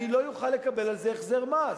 אני לא אוכל לקבל על זה החזר מס.